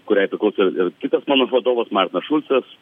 kuriai priklauso ir ir kitas mano vadovas martinas šulcas